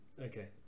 Okay